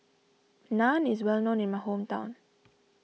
Naan is well known in my hometown